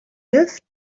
lived